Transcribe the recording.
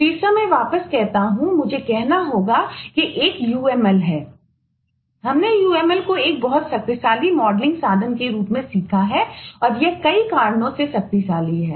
तीसरा मैं वापस कहता हूं मुझे कहना होगा कि एक uml है हमने uml को एक बहुत शक्तिशाली मॉडलिंग साधन के रूप में सीखा है और यह कई कारणों से शक्तिशाली है